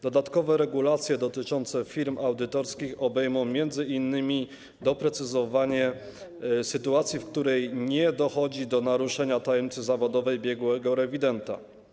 Dodatkowe regulacje dotyczące firm audytorskich obejmą m.in. doprecyzowanie sytuacji, w której nie dochodzi do naruszenia tajemnicy zawodowej biegłego rewidenta.